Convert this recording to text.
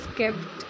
kept